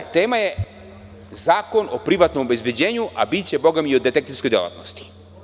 Tema je zakon o privatnom obezbeđenju, a biće bogami i o detektivskoj delatnosti.